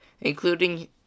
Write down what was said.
including